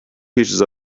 teaches